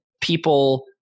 people